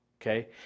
Okay